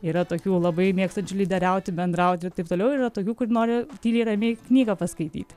yra tokių labai mėgstančių lyderiauti bendrauti ir taip toliau yra tokių kurie nori tyliai ramiai knygą paskaityti